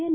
N